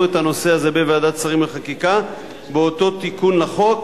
את הנושא הזה בוועדת שרים לחקיקה באותו תיקון לחוק,